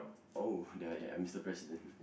oh ya ya mister president